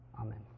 Amen